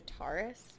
guitarist